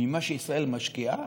ממה שישראל משקיעה